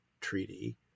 treaty